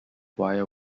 wire